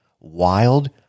wild